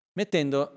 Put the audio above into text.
mettendo